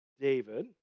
David